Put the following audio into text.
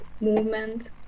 movement